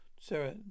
Sarah